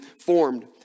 formed